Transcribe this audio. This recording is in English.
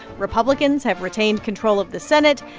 republicans have retained control of the senate,